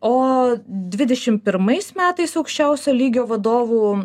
o dvidešimt pirmais metais aukščiausio lygio vadovų